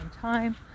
time